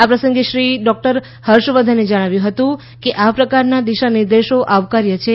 આ પ્રસંગે શ્રી હર્ષવર્ધને જણાવ્યું હતું કે આ પ્રકારના દિશા નિર્દેશો આવકાર્ય છે